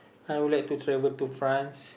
I would like to travel to France